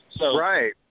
Right